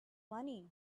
money